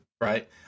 right